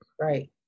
Right